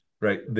right